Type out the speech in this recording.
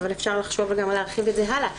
אבל אפשר לחשוב גם על להרחיב את זה הלאה,